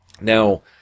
Now